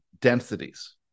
densities